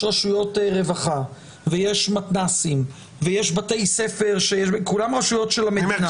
יש את רשויות הרווחה ויש מתנ"סים ויש בתי-ספר כולן רשויות של המדינה.